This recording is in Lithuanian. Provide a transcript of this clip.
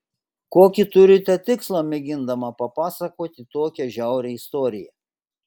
kokį turite tikslą mėgindama papasakoti tokią žiaurią istoriją